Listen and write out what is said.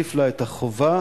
אחת החוליות